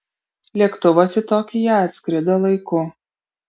lėktuvas į tokiją atskrido laiku